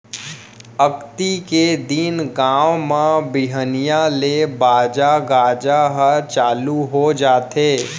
अक्ती के दिन गाँव म बिहनिया ले बाजा गाजा ह चालू हो जाथे